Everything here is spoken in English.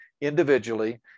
individually